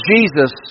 Jesus